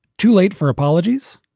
too late for apologies.